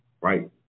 right